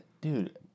Dude